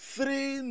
Three